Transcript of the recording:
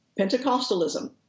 Pentecostalism